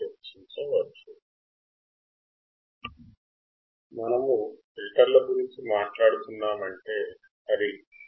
passive component అంటే ఏమిటి